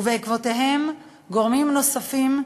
ובעקבותיהם גורמים נוספים,